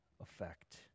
effect